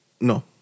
No